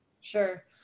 Sure